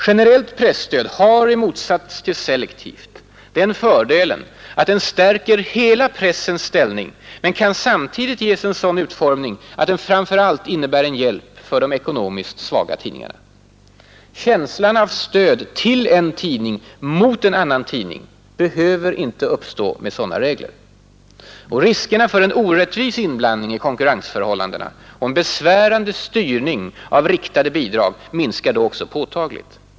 Generellt presstöd har i motsats till selektivt den fördelen att det stärker hela pressens ställning men samtidigt kan ges en sådan utformning att det framför allt innebär en hjälp för de ekonomiskt svaga tidningarna. Känslan av stöd till en tidning mot en annan tidning behöver inte uppstå med sådana regler. Riskerna för en orättvis inblandning i konkurrensförhållandena och en besvärande styrning av riktade bidrag minskar också påtagligt.